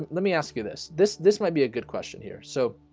let me ask you this this this might be a good question here, so